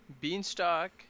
Beanstalk